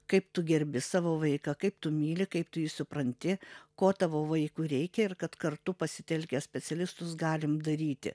kaip tu gerbi savo vaiką kaip tu myli kaip tu jį supranti ko tavo vaikui reikia ir kad kartu pasitelkę specialistus galim daryti